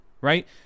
right